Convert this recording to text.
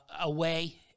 away